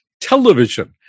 television